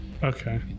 okay